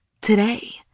today